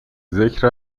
ذکر